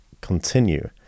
continue